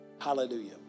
Hallelujah